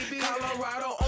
Colorado